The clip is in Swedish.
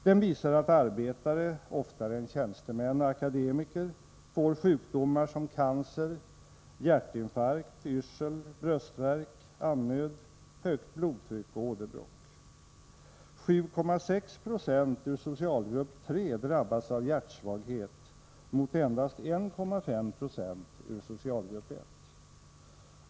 Den visar att arbetare oftare än tjänstemän och akademiker får sjukdomar som cancer, hjärtinfarkt, yrsel, bröstvärk, andnöd, högt blodtryck och åderbråck. 7,6 70 ur socialgrupp 3 drabbas av hjärtsvaghet mot endast 1,5 20 ur socialgrupp 1.